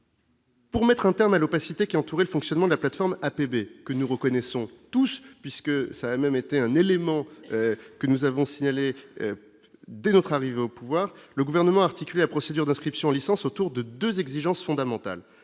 Pour mettre un terme à l'opacité qui entoure et le fonctionnement de la plateforme APB que nous reconnaissons tous puisque ça a même été un élément que nous avons signalé dès notre arrivée au pouvoir, le gouvernement articuler la procédure d'inscription licence autour de 2 exigences fondamentales